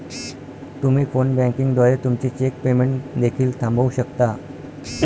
तुम्ही phone banking द्वारे तुमचे चेक पेमेंट देखील थांबवू शकता